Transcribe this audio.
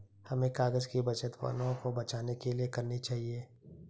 हमें कागज़ की बचत वनों को बचाने के लिए करनी चाहिए